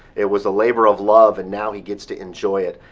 it was a labor of love. and now, he gets to enjoy it.